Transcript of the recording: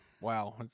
wow